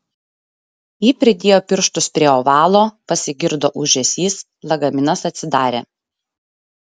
ji pridėjo pirštus prie ovalo pasigirdo ūžesys lagaminas atsidarė